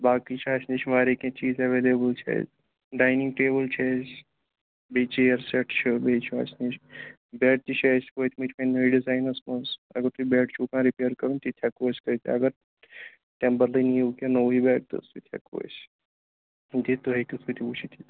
باقی چھِ اَسہِ نِش واریاہ کیٚنہہ چیٖز اٮ۪ویلیبٕل چھِ اَسہِ ڈاینِنٛگ ٹیبٕل چھِ اَسہِ بیٚیہِ چِیَر سٮ۪ٹ چھُ بیٚیہِ چھُ اَسہِ نِش بٮ۪ڈ تہِ چھِ اَسہِ وٲتۍمٕتۍ ڈِزایِنَس منٛز اگر تۄہہِ بٮ۪ڈ چھُو کانٛہہ رٔپیر کَرُن تِتہِ ہٮ۪کَو أسۍ کٔرِتھ اگر تَمہِ بدلہٕ نِیِو کیٚنہہ نوٚوٕے بٮ۪ڈ تہٕ سُہ تہِ ہٮ۪کو أسۍ دِتھ تُہۍ ہیٚکِو سُہ تہِ وٕچھِتھ